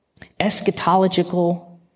eschatological